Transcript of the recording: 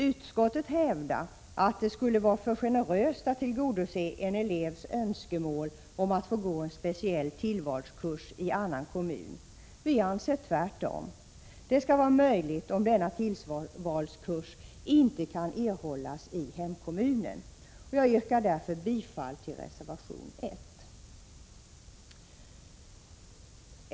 Utskottet hävdar att det skulle vara för generöst att tillgodose en elevs önskemål om att få gå en speciell tillvalskurs i annan kommun. Vi anser motsatsen. Det skall vara möjligt om denna tillvalskurs inte kan erhållas i hemkommunen. Jag yrkar därför bifall till reservation 1.